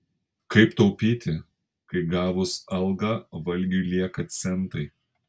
kaip taupyti kai gavus algą valgiui lieka centai